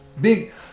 Big